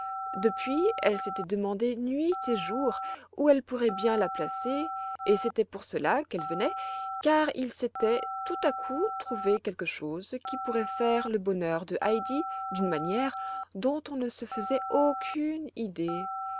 depuis elle s'était demandé nuit et jour où elle pourrait bien la placer et c'était pour cela qu'elle venait car il s'était tout à coup trouvé quelque chose qui pourrait faire le bonheur de heidi d'une manière dont on ne se faisait aucune idée